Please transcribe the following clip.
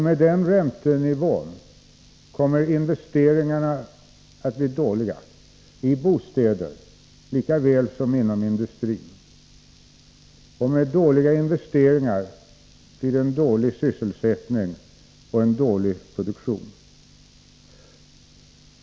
Med den räntenivån kommer investeringarna att bli dåliga, i bostäder lika väl som inom industrin, och med dåliga investeringar blir det en dålig sysselsättning och en dålig produktion.